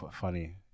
funny